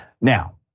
Now